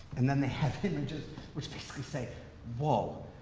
and then they have images which basically whoa,